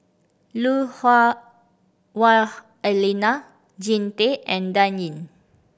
Lui Hah Wah Elena Jean Tay and Dan Ying